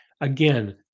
Again